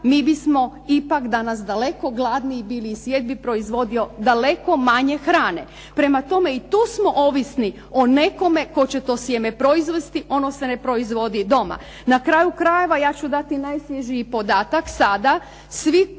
mi bismo ipak danas daleko gladniji bili i svijet bi proizvodio daleko manje hrane. Prema tome, i tu smo ovisni o nekome tko će to sjeme proizvesti. Ono se ne proizvodi doma. Na kraju krajeva, ja ću dati najsvježiji podatak sada.